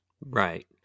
Right